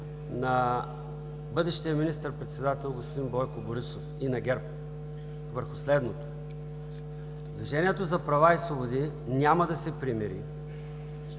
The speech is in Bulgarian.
на бъдещия министър-председател господин Бойко Борисов и на ГЕРБ, върху следното. Движението за права и свободи няма да се примири,